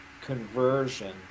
conversion